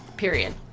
Period